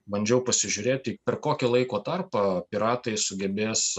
bandžiau pasižiūrėti per kokį laiko tarpą piratai sugebės